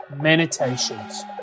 Meditations